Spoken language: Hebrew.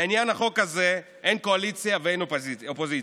לעניין החוק הזה אין קואליציה ואין אופוזיציה.